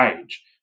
age